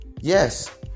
Yes